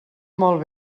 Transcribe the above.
molt